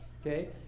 Okay